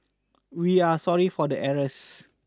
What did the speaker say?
we are sorry for the errors